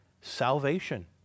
salvation